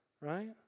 Right